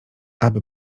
aby